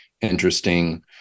interesting